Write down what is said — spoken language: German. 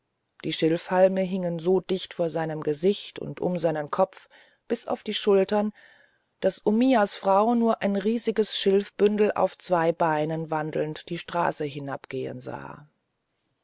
die schilfhalme hingen so dicht vor seinem gesicht und um seinen kopf bis auf die schultern daß omiyas frau nur ein riesiges schilfbündel auf zwei beinen wandelnd die straße hinabgehen sah